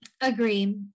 Agree